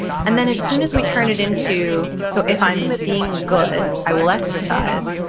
and then as soon as we turn it into so if i'm being good, i will exercise,